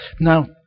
Now